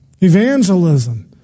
Evangelism